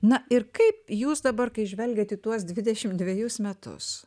na ir kaip jūs dabar kai žvelgiate į tuos dvidešimt dvejus metus